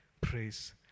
praise